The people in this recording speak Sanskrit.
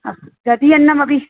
अस्तु दध्यन्नमपि